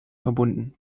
verbunden